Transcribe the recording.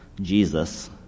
Jesus